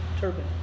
turban